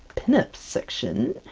pin-up section!